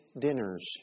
dinners